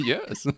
Yes